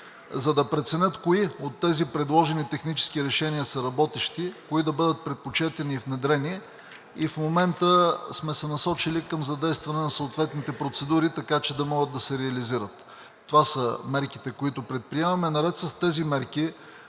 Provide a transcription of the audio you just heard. за да преценят кои от тези предложени технически решения са работещи, кои да бъдат предпочетени и внедрени и в момента сме се насочили към задействане на съответните процедури, така че да могат да се реализират. Това са мерките, които предприемаме. Наред с тези мерки,